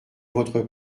votre